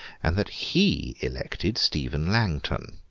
and that he elected stephen langton.